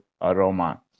aroma